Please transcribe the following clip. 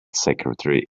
secretary